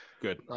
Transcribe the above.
good